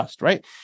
Right